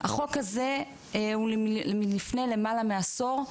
החוק הזה הוא מלפני למעלה מעשור,